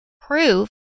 proof